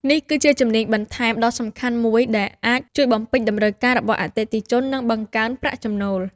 នេះគឺជាជំនាញបន្ថែមដ៏សំខាន់មួយដែលអាចជួយបំពេញតម្រូវការរបស់អតិថិជន និងបង្កើនប្រាក់ចំណូល។